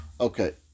Okay